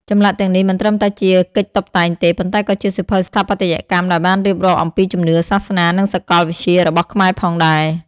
ចម្លាក់ទាំងនេះមិនត្រឹមតែជាកិច្ចតុបតែងទេ ប៉ុន្តែក៏ជាសៀវភៅស្ថាបត្យកម្មដែលបានរៀបរាប់អំពីជំនឿសាសនានិងសកលវិទ្យារបស់ខ្មែរផងដែរ។